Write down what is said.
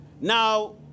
Now